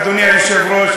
אדוני היושב-ראש,